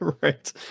Right